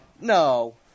no